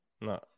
No